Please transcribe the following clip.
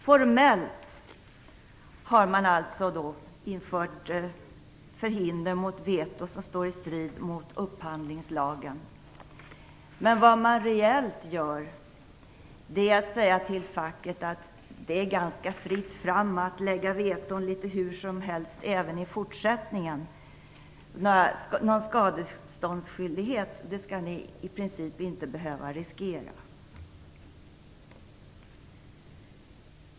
Formellt har man infört förhinder mot veto som står i strid mot upphandlingslagen. Den reella innebörden är att man säger till facket att det är ganska fritt fram att lägga veton litet hur som helst även i fortsättningen. Någon skadeståndskyldighet skall ni i princip inte behöva riskera.